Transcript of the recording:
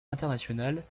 internationale